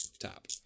top